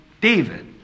David